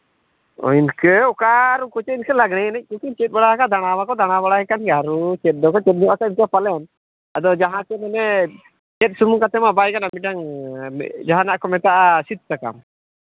ᱤᱱᱠᱟᱹ ᱚᱠᱟ ᱠᱚᱥᱮᱱ ᱪᱚᱝ ᱞᱟᱜᱽᱬᱮ ᱮᱱᱮᱡ ᱠᱚᱠᱤᱱ ᱪᱮᱫ ᱵᱟᱲᱟᱣ ᱠᱟᱫᱟ ᱫᱟᱬᱟ ᱵᱟᱠᱚ ᱫᱟᱬᱟ ᱵᱟᱲᱟᱭ ᱠᱟᱱ ᱜᱮᱭᱟ ᱟᱨᱚ ᱪᱮᱫ ᱫᱚᱠᱚ ᱪᱮᱫᱚᱜᱼᱟ ᱯᱟᱞᱮᱱ ᱟᱫᱚ ᱡᱟᱦᱟᱸ ᱛᱤᱱ ᱚᱱᱮ ᱪᱮᱫ ᱥᱩᱢᱩᱱ ᱠᱟᱛᱮᱫ ᱢᱟ ᱵᱟᱭ ᱜᱟᱱᱚᱜᱼᱟ ᱢᱤᱫᱴᱟᱱ ᱡᱟᱦᱟᱱᱟᱜ ᱠᱚ ᱢᱮᱛᱟᱜᱼᱟ ᱥᱤᱫ ᱥᱟᱠᱟᱢ